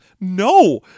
No